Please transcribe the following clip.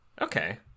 Okay